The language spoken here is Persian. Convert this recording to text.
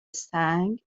سنگ